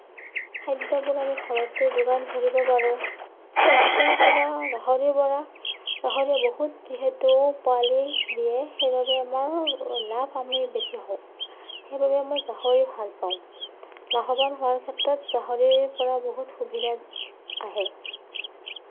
খাদ্যবোৰ আমি ঘৰতে যোগান ধৰিব পাৰোঁ সিহঁতৰ পৰা গাহৰিৰ পৰা গাহৰিয়ে বহুত যিহেতু পোৱালি দিয়ে সেই বাবে আমাৰ লাভ আমি বেছি হওঁ সেই বাবে মই গাহৰি ভাল পাওঁ লাভৱান হোৱাৰ ক্ষেত্ৰত গাহৰিৰ পৰা বহুত সুবিধা আহে